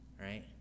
right